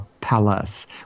Palace